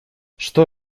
что